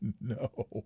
No